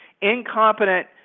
incompetent